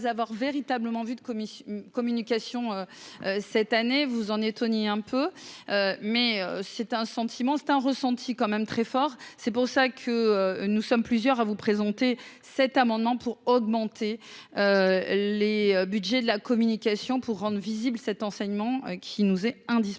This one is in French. avoir véritablement vu de commission communication cette année vous en étonnez un peu mais c'est un sentiment c'est un ressenti quand même très fort, c'est pour ça que nous sommes plusieurs à vous présenter cet amendement pour augmenter les Budgets de la communication pour rendre visible cet enseignement qui nous est indispensable.